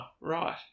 right